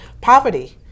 Poverty